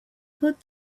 put